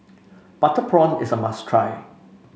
Butter Prawn is a must try